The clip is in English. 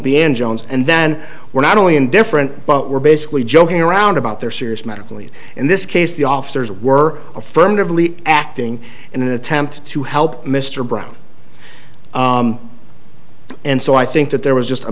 in jones and then were not only in different but were basically joking around about their serious medically in this case the officers were affirmatively acting in an attempt to help mr brown and so i think that there was just a